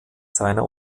seiner